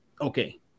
okay